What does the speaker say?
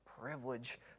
privilege